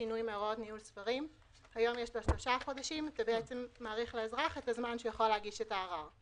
לאזרח את הזמן שהוא יכול להגי שאת הערר.